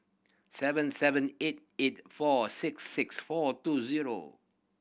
seven seven eight eight four six six four two zero